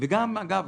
אגב,